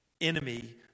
enemy